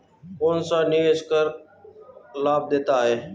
कौनसा निवेश कर लाभ देता है?